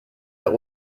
der